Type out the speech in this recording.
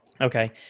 Okay